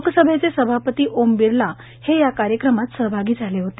लोकसभेचे सभापती ओम बिर्ला हे ही या कार्यक्रमात सहभागी झाले होते